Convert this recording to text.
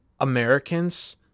americans